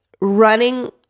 running